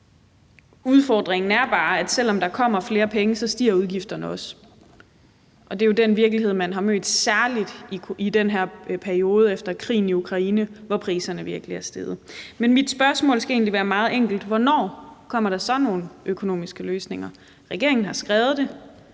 Udfordringen er bare, at selv om der kommer flere penge, stiger udgifterne også. Og det er den virkelighed, man har mødt særlig i den her periode efter krigen i Ukraine, hvor priserne virkelig er steget. Mit spørgsmål skal egentlig være meget enkelt: Hvornår kommer der så nogle økonomiske løsninger? Regeringen har skrevet det,